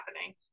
happening